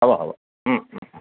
হ'ব হ'ব